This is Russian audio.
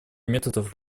методов